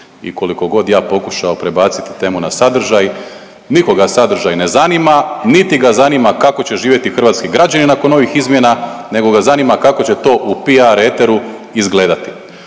i kolikogod ja pokušao prebaciti temu na sadržaj nikoga sadržaj ne zanima niti ga zanima kako će živjeti hrvatski građani nakon ovih izmjena nego ga zanima kako će to u PR eteru izgledati.